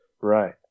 right